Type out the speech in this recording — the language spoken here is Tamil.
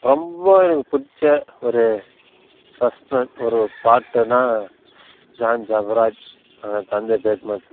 ரொம்ப எனக்கு பிடிச்ச ஒரு ஃபஸ்ட் ஒன் ஒருவர் பாட்டுனால் ஜான் ஜபராஜ் அந்த தந்தை பெர்க்மேன்ஸ்